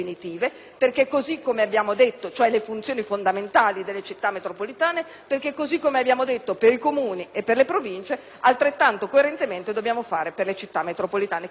le funzioni definitive, cioè fondamentali delle Città metropolitane, perché, così come abbiamo detto per i Comuni e per le Province, altrettanto coerentemente dobbiamo fare per le Città metropolitane.